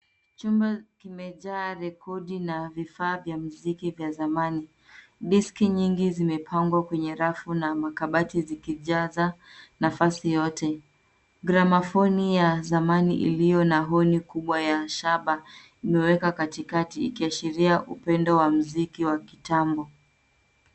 Chumba kimejaa rekodi na vifaa vya mziki vya zamani, diski nyingi zimepangwa kwenye rafu na makabati zikijaza nafasi yote. Gramafoni ya zamani iliyo na honi kubwa ya shaba, imewekwa katikati ikiashiria upendo wa mziki wa kitambo.